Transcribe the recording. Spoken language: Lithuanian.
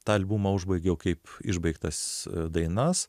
tą albumą užbaigiau kaip išbaigtas dainas